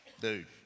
Dude